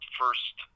first